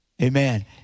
Amen